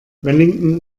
wellington